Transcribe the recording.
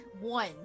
one